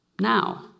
Now